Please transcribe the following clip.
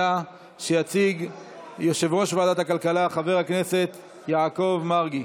שיציג יושב-ראש ועדת הכלכלה חבר הכנסת יעקב מרגי.